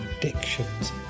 predictions